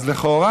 אז לכאורה,